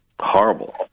Horrible